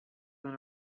than